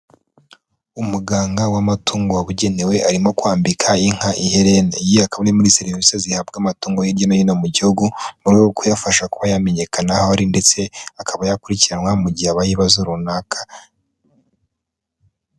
Umuganga w'amatungo wabugenewe arimo kwambika inka iherena. Iyi akaba ari muri serivisi zihabwa amatungo hirya no hino mu gihugu mu rwego rwo kuyafasha kuba yamenyekana aho ari ndetse akaba yakurikiranwa mu gihe habaye ibibazo runaka.